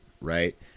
right